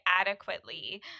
adequately